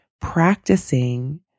practicing